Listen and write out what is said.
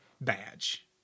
badge